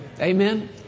Amen